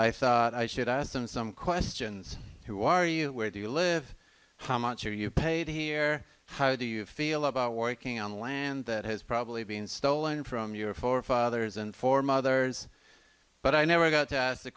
i thought i should ask them some questions who are you where do you live how much are you paid here how do you feel about working on the land that has probably been stolen from your forefathers and foremothers but i never got to ask the